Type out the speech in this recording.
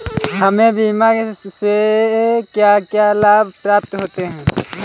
हमें बीमा से क्या क्या लाभ प्राप्त होते हैं?